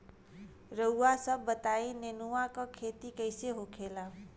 रउआ सभ बताई नेनुआ क खेती कईसे होखेला?